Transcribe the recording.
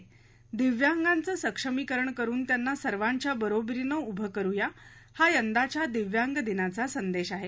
दिव्यांगांचं सक्षमीकरण करुन त्यांना सर्वाच्या बरोबरीनं उभ करुया हा यंदाच्या दिव्यांग दिनाचा संदेश आहे